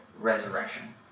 resurrection